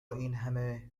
اینهمه